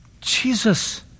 Jesus